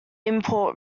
import